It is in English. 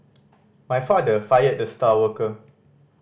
my father fired the star worker